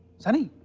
sunny.